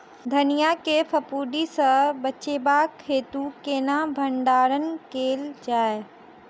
धनिया केँ फफूंदी सऽ बचेबाक हेतु केना भण्डारण कैल जाए?